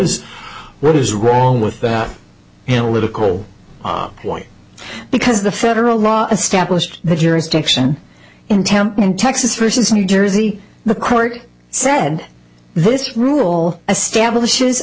is what is wrong with that analytical point because the federal law established the jurisdiction in tampa and texas prisons new jersey the court said this rule establishes